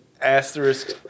asterisk